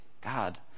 God